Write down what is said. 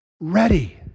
ready